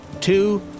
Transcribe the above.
Two